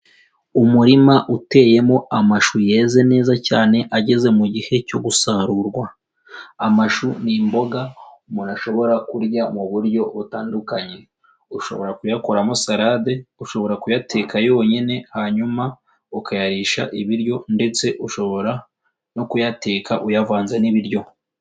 Umurima uteyemo amashu yeze neza cyane ageze mu gihe cyo gusarurwa, amashu n'imboga umuntu ashobora kurya mu buryo butandukanye ushobora kuyakoramo salade, ushobora kuyateka yonyine hanyuma ukayarisha ibiryo ndetse ushobora no kuyateka uyavanze n'ibiryo.